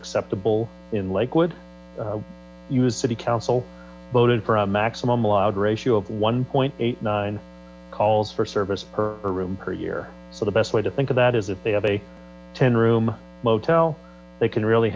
acceptable in lakewood u s city council voted for a maximum allowed ratio of one point eight nine calls for service per room per year the best way to think of that is if they have a ten room motel they can really